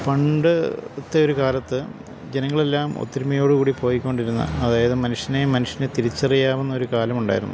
പണ്ടത്തെ ഒരു കാലത്ത് ജനങ്ങളെല്ലാം ഒത്തൊരുമയോട് കൂടി പോയിക്കൊണ്ടിരുന്ന അതായത് മനുഷ്യനെ മനുഷ്യനെ തിരിച്ചറിയാവുന്ന ഒരു കാലമുണ്ടായിരുന്നു